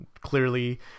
clearly